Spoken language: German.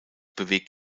bewegt